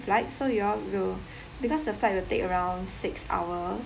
flight so you all will because the flight will take around six hours